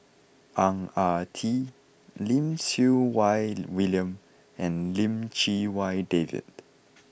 Ang Ah Tee Lim Siew Wai William and Lim Chee Wai David